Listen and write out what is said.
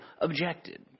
objected